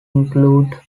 include